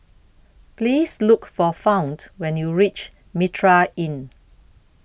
Please Look For Fount when YOU REACH Mitraa Inn